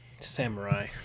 Samurai